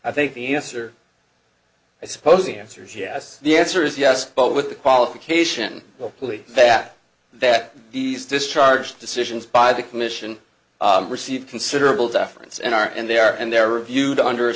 i think the answer i suppose the answer is yes the answer is yes but with the qualification hopefully that that these discharge decisions by the commission receive considerable deference and are and they are and there are viewed under